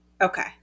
Okay